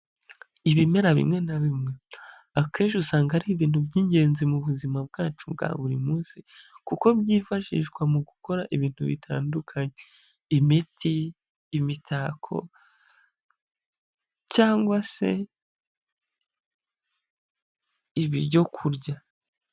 Ibimera bimwe na bimwe akenshi usanga ari ibintu by'ingenzi mu buzima bwacu bwa buri munsi kuko byifashishwa mu gukora ibintu bitandukanye, imiti, imitako cyangwa se ibyo kurya.